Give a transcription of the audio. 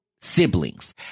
siblings